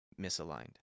misaligned